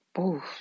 oof